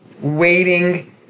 waiting